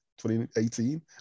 2018